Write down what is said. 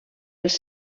els